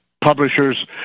publishers